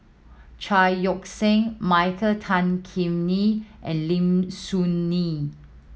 Chao Yoke San Michael Tan Kim Nei and Lim Soo Ngee